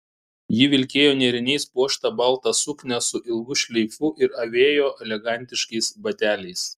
ji vilkėjo nėriniais puoštą baltą suknią su ilgu šleifu ir avėjo elegantiškais bateliais